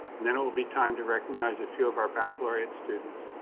and then it will be time to recognize a few of our baccalaureate students,